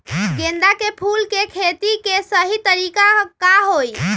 गेंदा के फूल के खेती के सही तरीका का हाई?